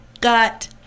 got